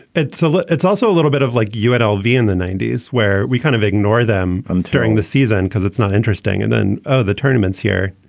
it's ah it's also a little bit of like you at ole in the ninety s where we kind of ignore them and during the season because it's not interesting. and then ah the tournament's here.